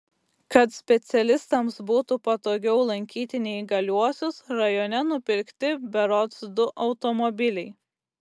kad specialistams būtų patogiau lankyti neįgaliuosius rajone nupirkti berods du automobiliai